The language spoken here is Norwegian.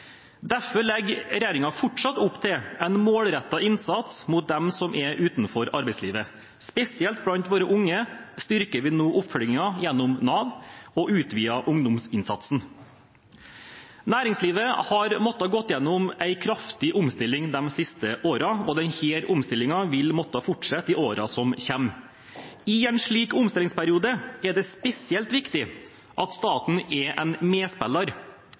Derfor legger regjeringen fortsatt opp til en målrettet innsats for dem som er utenfor arbeidslivet. Spesielt blant våre unge styrker vi nå oppfølgingen gjennom Nav og utvider ungdomsinnsatsen. Næringslivet har måttet gå igjennom en kraftig omstilling de siste årene. Denne omstillingen vil måtte fortsette i årene som kommer. I en slik omstillingsperiode er det spesielt viktig at staten er en medspiller.